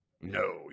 No